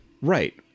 Right